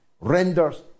renders